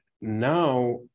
Now